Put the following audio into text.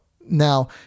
Now